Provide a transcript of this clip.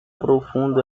profundo